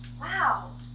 wow